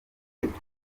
mitego